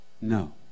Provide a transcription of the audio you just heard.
no